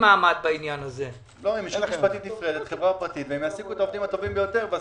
חברה פרטית, יעסיקו את העובדים הטובים ביותר.